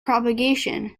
propagation